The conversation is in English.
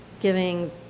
giving